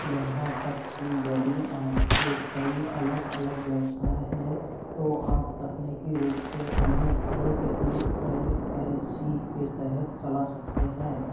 यहाँ तक कि यदि आपके कई अलग अलग व्यवसाय हैं तो आप तकनीकी रूप से उन्हें एक ही एल एल सी के तहत चला सकते हैं